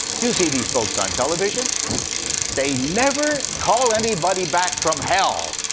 you see these folks on television they never call anybody back from hell.